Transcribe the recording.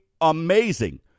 amazing